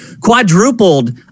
quadrupled